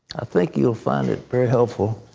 think you'll find it very helpful.